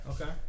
okay